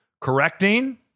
correcting